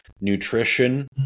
nutrition